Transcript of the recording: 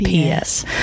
PS